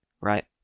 right